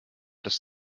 lass